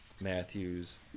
matthews